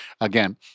again